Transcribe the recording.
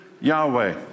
Yahweh